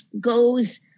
goes